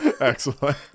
Excellent